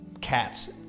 cats